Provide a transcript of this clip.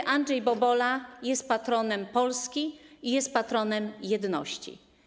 Św. Andrzej Bobola jest patronem Polski i jest patronem jedności.